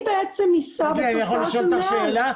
מי יישא בתוצאות שמעל?